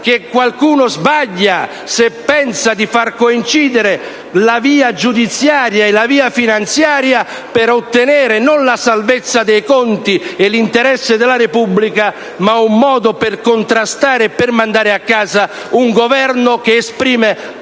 che qualcuno sbaglia se pensa di far coincidere la via giudiziaria e la via finanziaria per ottenere non la salvezza dei conti e l'interesse della Repubblica, ma un modo per contrastare e mandare a casa un Governo che esprime,